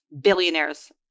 billionaires